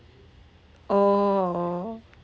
oh oh